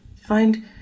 Find